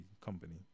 company